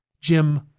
Jim